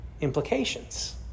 implications